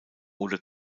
oder